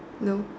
no